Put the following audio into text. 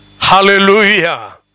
Hallelujah